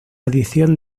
adición